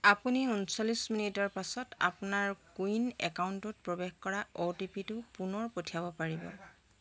আপুনি ঊনচল্লিছ মিনিটৰ পাছত আপোনাৰ কো ৱিন একাউণ্টত প্ৰৱেশ কৰা অ' টি পি টো পুনৰ পঠিয়াব পাৰিব